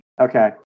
okay